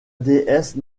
déesse